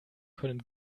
können